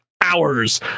hours